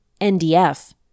NDF